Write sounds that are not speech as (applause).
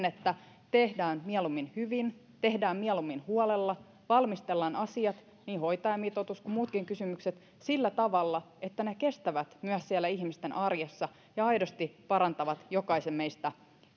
(unintelligible) että tehdään mieluummin hyvin tehdään mieluummin huolella ja valmistellaan asiat niin hoitajamitoitus kuin muutkin kysymykset sillä tavalla että ne kestävät myös siellä ihmisten arjessa ja aidosti parantavat jokaisen meistä